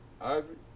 Isaac